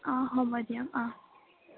অ হ'ব দিয়ক অ